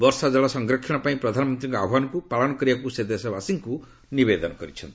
ବର୍ଷାଜଳ ସଂରକ୍ଷଣ ପାଇଁ ପ୍ରଧାନମନ୍ତ୍ରୀଙ୍କ ଆହ୍ଚାନକୁ ପାଳନ କରିବାକୁ ସେ ଦେଶବାସୀଙ୍କୁ ନିବେଦନ କରିଛନ୍ତି